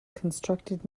constructed